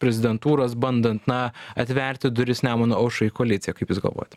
prezidentūros bandant na atverti duris nemuno aušrai į koaliciją kaip jūs galvojat